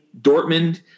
Dortmund